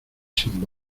sin